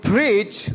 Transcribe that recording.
preach